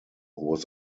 was